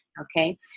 okay